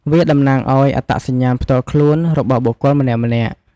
វាតំណាងឲ្យ អត្តសញ្ញាណផ្ទាល់ខ្លួន របស់បុគ្គលម្នាក់ៗ។